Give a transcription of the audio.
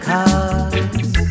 Cause